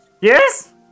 Yes